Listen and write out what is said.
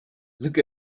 look